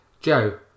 Joe